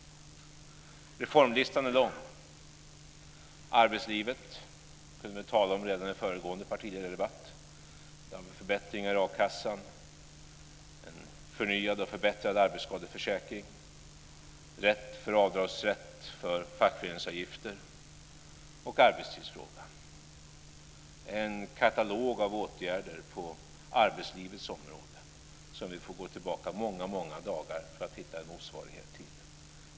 Reformlistan är lång. Arbetslivet kunde vi tala om redan i föregående partiledardebatt. Där har vi förbättringar i a-kassan, en förnyad och förbättrad arbetsskadeförsäkring, avdragsrätt för fackföreningsavgifter och arbetstidsfrågan. Det finns en katalog av åtgärder på arbetslivets område som vi får gå tillbaka många, många dagar för att hitta en motsvarighet till.